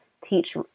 teach